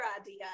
idea